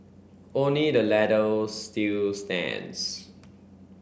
only the latter still stands